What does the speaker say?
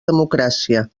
democràcia